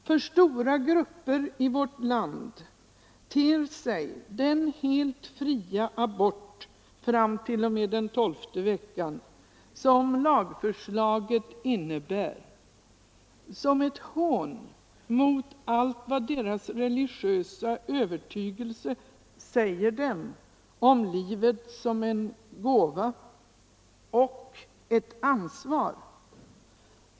För stora grupper i vårt land ter sig den helt fria aborten fram till och med den tolfte veckan, som lagförslaget innebär, som ett hån mot allt vad deras religiösa övertygelse säger dem om livet som en gåva och ett ansvar.